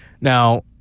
now